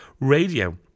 Radio